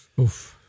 Oof